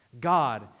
God